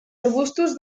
arbustos